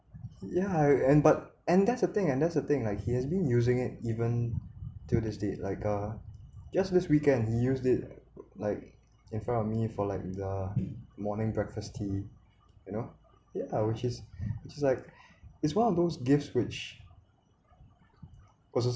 yeah and but and that's the thing and that's the thing like he has been using it even till this date like uh just this weekend he used it like in front of me for like the morning breakfast tea you know yeah which is which is like it's one of those gifts which